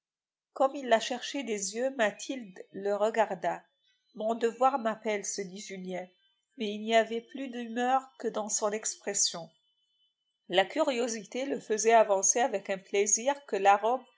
comme il la cherchait des yeux mathilde le regarda mon devoir m'appelle se dit julien mais il n'y avait plus d'humeur que dans son expression la curiosité le faisait avancer avec un plaisir que la robe